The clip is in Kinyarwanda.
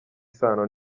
isano